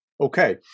Okay